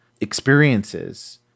experiences